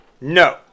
No